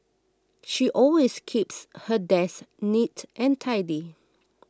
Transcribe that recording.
she always keeps her desk neat and tidy